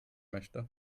möchte